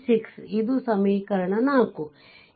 6 ಇದು ಸಮೀಕರಣ 4